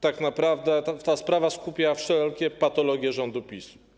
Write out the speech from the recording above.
Tak naprawdę ta sprawa skupia w sobie wszelkie patologie rządu PiS.